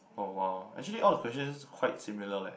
oh !wow! actually all the questions quite similar leh